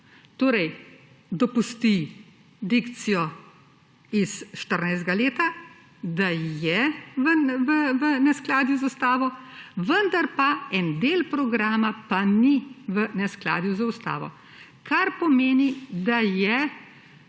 Torej, dopusti dikcijo iz leta 2014, da je v neskladju z ustavo, vendar en del programa pa ni v neskladju z ustavo. Kar pomeni, da je